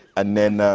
and then,